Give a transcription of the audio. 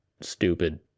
stupid